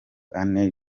anne